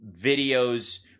videos